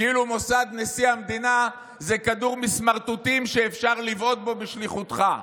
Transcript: כאילו מוסד נשיא המדינה זה כדור מסמרטוטים שאפשר לבעוט בו בשליחותך.